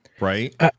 right